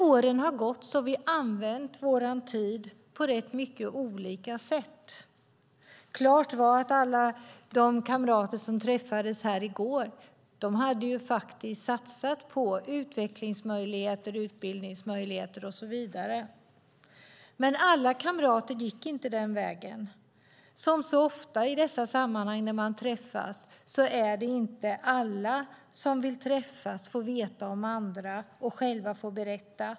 Åren har gått, och vi har använt vår tid på rätt olika sätt. Klart var att alla de kamrater som träffades här i går hade satsat på utvecklingsmöjligheter, utbildningsmöjligheter och så vidare. Men alla kamrater gick inte den vägen. Som så ofta i dessa sammanhang är det inte alla som vill träffas, veta om andra och själva berätta.